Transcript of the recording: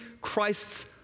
Christ's